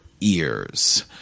ears